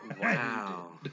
Wow